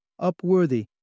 Upworthy